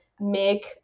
make